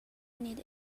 need